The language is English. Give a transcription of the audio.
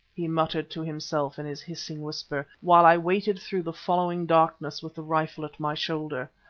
he muttered to himself in his hissing whisper, while i waited through the following darkness with the rifle at my shoulder,